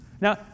Now